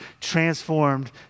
transformed